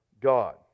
God